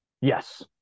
Yes